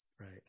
Right